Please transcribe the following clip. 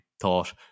thought